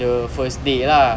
the first day lah